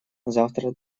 завтра